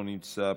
לא נמצא,